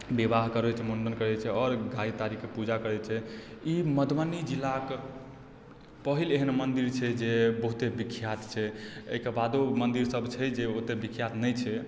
विवाह करय छै मुण्डन करय छै आओर गाड़ी ताड़ीके पूजा करय छै ई मधुबनी जिलाके पहिल एहन मन्दिर छै जे बहुते विख्यात छै अइके बादो मन्दिर सब छै जे ओते विख्यात नहि छै